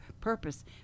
purpose